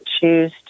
choose